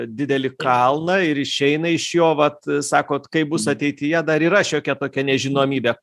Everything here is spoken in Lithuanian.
didelį kalną ir išeina iš jo vat sakot kaip bus ateityje dar yra šiokia tokia nežinomybė